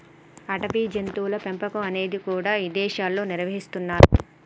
అడవి జంతువుల పెంపకం అనేది కూడా ఇదేశాల్లో నిర్వహిస్తున్నరు